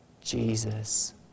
Jesus